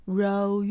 row